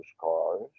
cars